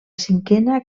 cinquena